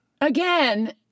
Again